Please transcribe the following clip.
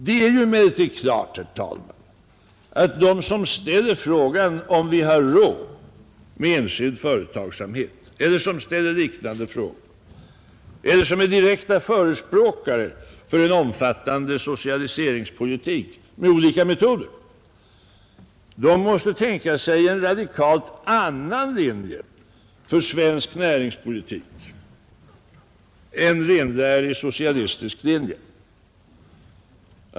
Det är emellertid klart, herr talman, att de som ställer frågan om vi har råd med enskild företagsamhet eller liknande frågor eller de som är direkta förespråkare för en omfattande socialiseringspolitik med olika metoder, måste tänka sig en radikalt annan linje för svensk näringspolitik — en renlärig socialistisk linje.